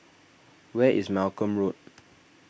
where is Malcolm Road